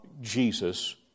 Jesus